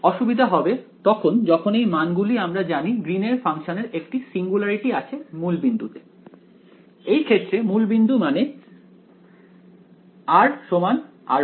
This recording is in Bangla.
অসুবিধা হবে তখন যখন এই মানগুলি আমরা জানি গ্রীন এর ফাংশন এর একটি সিঙ্গুলারিটি আছে মূল বিন্দুতে এই ক্ষেত্রে মূলবিন্দু মানে r r′